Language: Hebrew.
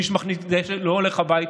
מי שמחזיק נשק לא הולך הביתה.